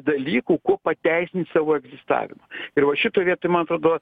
dalykų kuo pateisint savo egzistavimą ir va šitoj vietoj man atrodo